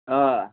آ